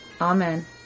Amen